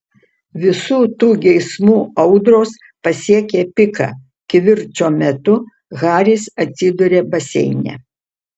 visų tų geismų audros pasiekia piką kivirčo metu haris atsiduria baseine